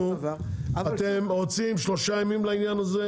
אתם רוצים שלושה ימים לעניין הזה?